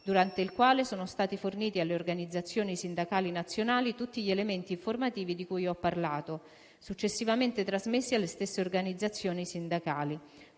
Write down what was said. durante il quale sono stati forniti alle organizzazioni sindacali nazionali tutti gli elementi informativi di cui ho parlato, successivamente trasmessi alle stesse organizzazioni sindacali.